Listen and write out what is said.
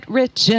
rich